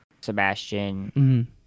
Sebastian